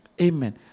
Amen